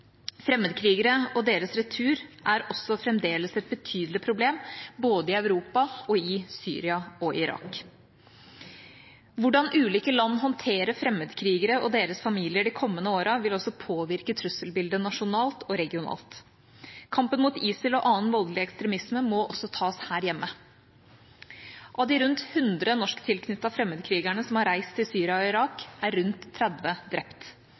Fremmedkrigere og deres retur er også fremdeles et betydelig problem både i Europa og i Syria og Irak. Hvordan ulike land håndterer fremmedkrigere og deres familier de kommende årene, vil påvirke trusselbildet nasjonalt og regionalt. Kampen mot ISIL og annen voldelig ekstremisme må også tas her hjemme. Av de rundt 100 norsktilknyttede fremmedkrigerne som har reist til Syria og Irak, er rundt 30 drept.